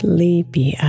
Sleepy